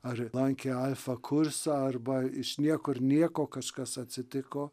ar lankė alfa kursą arba iš niekur nieko kažkas atsitiko